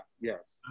yes